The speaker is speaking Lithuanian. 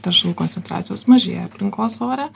teršalų koncentracijos mažėja aplinkos ore